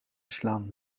slaan